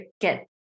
get